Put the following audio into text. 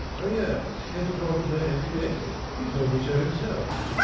oh, yes he has a talk with her every day. he told me so himself.